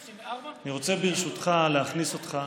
אני רוצה, ברשותך, להכניס אותך